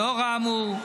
לאור האמור,